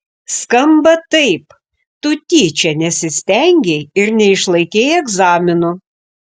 skamba taip tu tyčia nesistengei ir neišlaikei egzaminų